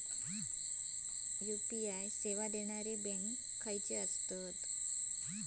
UPI सेवा देणारे bank खयचे आसत?